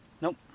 Nope